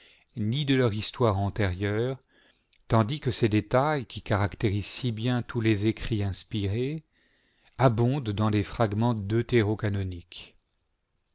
ni de leur histoire antérieure tandis que ces détails qui caractérisent si bien tous les écrits inspirés abondent dans les fragments